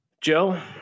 Joe